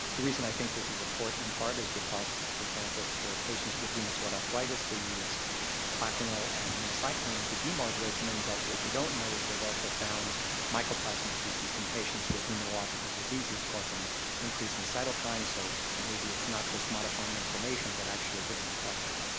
the reason i think this is important in part is because, for example, for patients with rheumatoid arthritis they use plaquenil and minocycline as a dmard regimen, but what we don't know is they've also found mycoplasma species in patients with rheumatological diseases causing increased in cytokine. so maybe it's not just modifying inflammation, but actually hitting infections.